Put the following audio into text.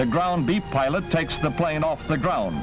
the ground the pilot takes the plane off the ground